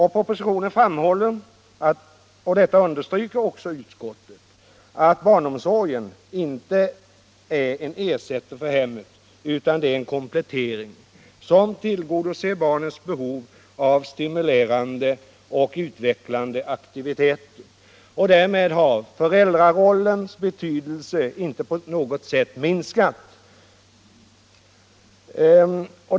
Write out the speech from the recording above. I propositionen framhålls — och detta understryker utskottet — att barnomsorgen inte är en ersättning för hemmet utan en komplettering som tillgodoser barnens behov av stimulerande och utvecklande aktiviteter. Därmed har föräldraroHens betydelse inte på något sätt minskat.